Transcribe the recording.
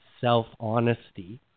self-honesty